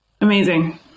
Amazing